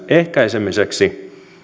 ehkäisemiseksi